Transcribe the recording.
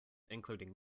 including